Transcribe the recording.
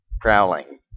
prowling